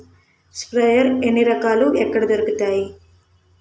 Sprayer ఎన్ని రకాలు? ఎక్కడ దొరుకుతాయి?